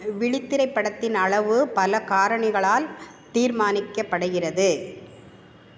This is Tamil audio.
விழித்திரை படத்தின் அளவு பல காரணிகளால் தீர்மானிக்கப்படுகிறது